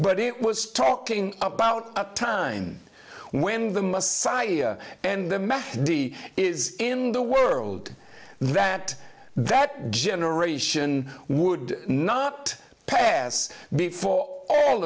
but it was talking about a time when the must and the met the is in the world that that generation would not pass before all